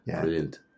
Brilliant